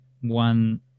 one